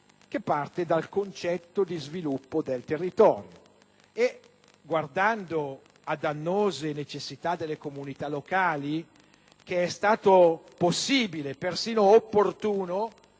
che parte dal concetto di sviluppo del territorio. È guardando ad annose necessità delle comunità locali che è stato possibile - persino opportuno